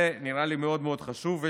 זה נראה לי מאוד מאוד חשוב.